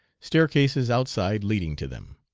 staircases outside leading to them.